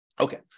Okay